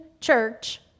church